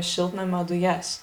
šiltnamio dujas